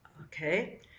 Okay